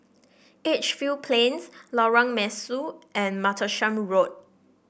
Edgefield Plains Lorong Mesu and Martlesham Road